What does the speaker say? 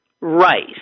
rice